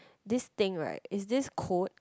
this thing right is this code